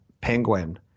Penguin